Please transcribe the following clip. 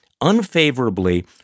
unfavorably